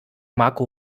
marco